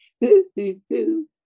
hoo-hoo-hoo